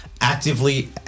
Actively